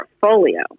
portfolio